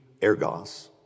ergos